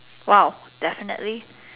!wow! definitely